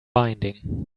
binding